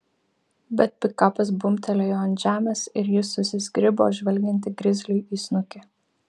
bet pikapas bumbtelėjo ant žemės ir ji susizgribo žvelgianti grizliui į snukį